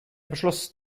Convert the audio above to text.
beschloss